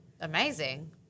amazing